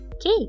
Okay